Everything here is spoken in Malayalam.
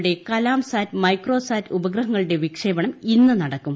യുടെ കലാം സാറ്റ് മൈക്രോ സാറ്റ് ഉപഗ്രഹങ്ങളുടെ വിക്ഷേപണം ഇന്ന് നടക്കും